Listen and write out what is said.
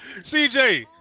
CJ